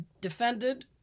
defended